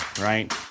right